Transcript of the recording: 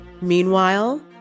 Meanwhile